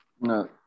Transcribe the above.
No